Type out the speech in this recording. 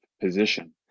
position